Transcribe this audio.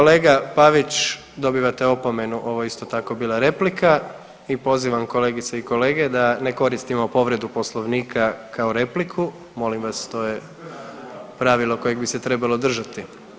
Kolega Pavić, dobivate opomenu, ovo je isto tako bila replika i pozivam kolegice i kolege da ne koristimo povredu Poslovnika kao repliku, molim vas to je pravilo kojeg bi se trebalo držati.